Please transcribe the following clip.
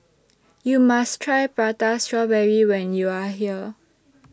YOU must Try Prata Strawberry when YOU Are here